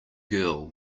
girl